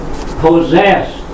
possessed